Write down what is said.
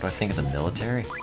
but think of the military